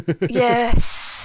Yes